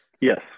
yes